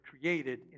created